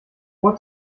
ohr